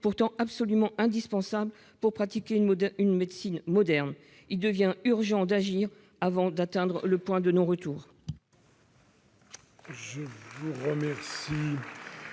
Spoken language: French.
pourtant absolument indispensables pour pratiquer une médecine moderne. Il devient urgent d'agir avant d'atteindre le point de non-retour